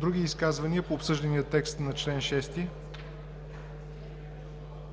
Други изказвания по обсъждания текст на чл. 6?